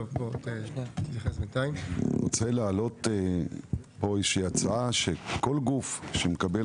אני רוצה להעלות הצעה: שכל גוף שמקבל